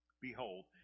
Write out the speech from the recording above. Behold